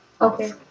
Okay